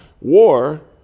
war